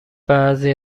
بعضی